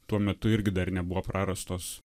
tuo metu irgi dar nebuvo prarastos